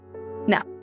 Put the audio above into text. Now